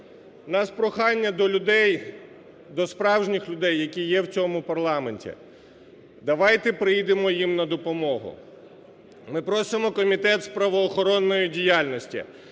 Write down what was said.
У нас прохання до людей, до справжніх людей, які є в цьому парламенті: давайте прийдемо їм на допомогу. Ми просимо Комітет з правоохоронної діяльності